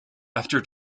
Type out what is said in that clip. after